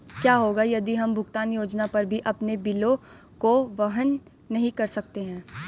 क्या होगा यदि हम भुगतान योजना पर भी अपने बिलों को वहन नहीं कर सकते हैं?